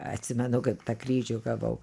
atsimenu kaip tą kryžių gavau